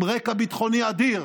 עם רקע ביטחוני אדיר,